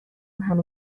همه